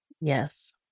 Yes